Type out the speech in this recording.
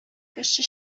кеше